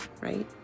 right